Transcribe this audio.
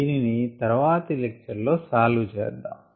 దీనిని తర్వాతి లెక్చర్ లో సాల్వ్ చేద్దాం